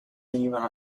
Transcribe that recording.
venivano